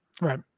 Right